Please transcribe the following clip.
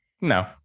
No